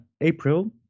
April